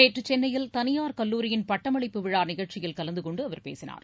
நேற்று சென்னையில் தனியார் கல்லூரியின் பட்டமளிப்பு விழா நிகழ்ச்சியில் கலந்து கொண்டு அவர் பேசினார்